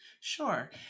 Sure